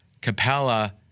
Capella